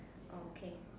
okay